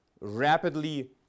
rapidly